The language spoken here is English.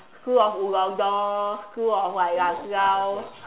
school of school of like Lasalle